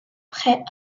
prêts